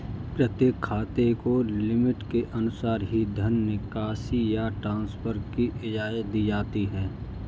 प्रत्येक खाते को लिमिट के अनुसार ही धन निकासी या ट्रांसफर की इजाजत दी जाती है